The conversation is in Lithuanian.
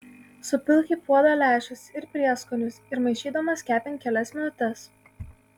supilk į puodą lęšius ir prieskonius ir maišydamas kepink kelias minutes